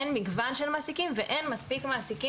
אין מגוון של מעסיקים ואין מספיק מעסיקים